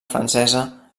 francesa